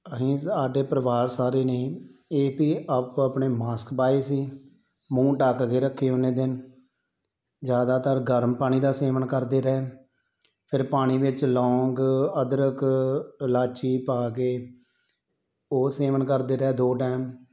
ਅਸੀਂ ਸਾਡੇ ਪਰਿਵਾਰ ਸਾਰੇ ਨੇ ਇਹ ਪੀ ਆਪੋ ਆਪਣੇ ਮਾਸਕ ਪਾਏ ਸੀ ਮੂੰਹ ਢੱਕ ਕੇ ਰੱਖੇ ਉਨੇਂ ਦਿਨ ਜ਼ਿਆਦਾਤਰ ਗਰਮ ਪਾਣੀ ਦਾ ਸੇਵਨ ਕਰਦੇ ਰਹੇ ਫਿਰ ਪਾਣੀ ਵਿੱਚ ਲੋਂਗ ਅਦਰਕ ਇਲਾਚੀ ਪਾ ਕੇ ਉਹ ਸੇਵਨ ਕਰਦੇ ਰਹੇ ਦੋ ਟਾਈਮ